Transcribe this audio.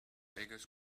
beggars